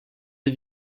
des